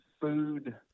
food